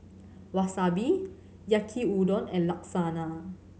Wasabi Yaki Udon and Lasagna